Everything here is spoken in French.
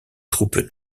troupes